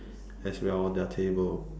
as well on their table